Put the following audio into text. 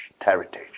heritage